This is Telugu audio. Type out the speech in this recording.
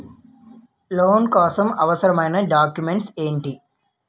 లోన్ కోసం అవసరమైన డాక్యుమెంట్స్ ఎంటి?